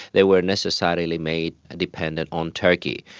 they were necessarily made ah dependent on turkey,